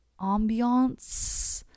ambiance